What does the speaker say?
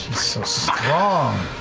so strong,